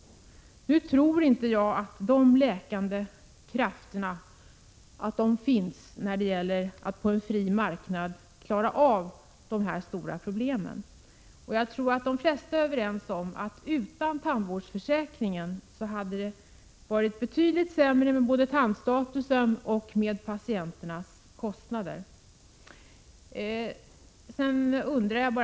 Nu tror jag dock inte på de läkande krafterna i detta sammanhang. Jag tänker då på svårigheterna med att på en fri marknad klara av dessa stora problem. Jag tror att det flesta är överens om att det skulle ha varit betydligt sämre än som nu är fallet både när det gäller tandstatusen och när det gäller patienternas kostnader, om vi inte hade haft tandvårdsförsäkringen.